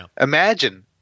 Imagine